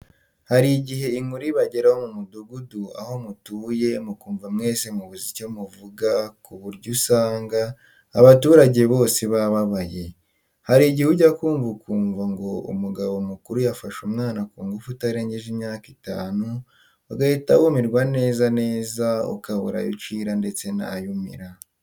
Hari igihe inkuru ibageraho mu mudugudu aho mutuye mukumva mwese mubuze icyo muvuga ku buryo usanga abaturage bose bababaye. Hari igihe ujya kumva ukumva ngo umugabo mukuru yafashe umwana kungufu utarengeje imyaka itanu, ugahita wumirwa neza neza ukabura ayo ucira ndetse n'ayo umira.